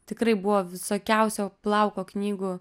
tikrai buvo visokiausio plauko knygų